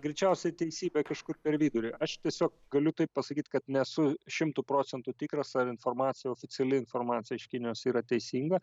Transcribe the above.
greičiausiai teisybė kažkur per vidurį aš tiesiog galiu taip pasakyt kad nesu šimtu procentų tikras ar informacija oficiali informacija iš kinijos yra teisinga